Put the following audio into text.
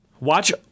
Watch